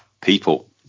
people